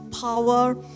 power